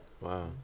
Wow